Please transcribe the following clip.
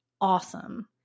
awesome